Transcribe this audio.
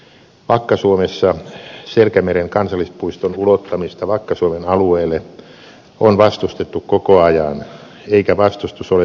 vakka suomessa selkämeren kansallispuiston ulottamista vakka suomen alueelle on vastustettu koko ajan eikä vastustus ole yhtään laantunut